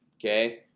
okay?